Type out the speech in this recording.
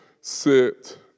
sit